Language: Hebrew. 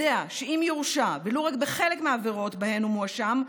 יודע שאם יורשע ולו רק בחלק מהעבירות שבהן הוא מואשם,